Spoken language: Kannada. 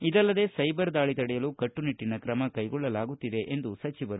ಇದಲ್ಲದೇ ಸೈಬರ್ ದಾಳಿ ತಡೆಯಲು ಕಟ್ಟುನಿಟ್ಟಿನ ಕ್ರಮ ಕೈಗೊಳ್ಳಲಾಗುತ್ತಿದೆ ಎಂದರು